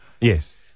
Yes